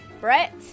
Brett